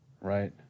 Right